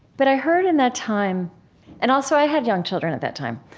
but i heard, in that time and also, i had young children at that time.